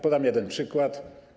Podam jeden przykład.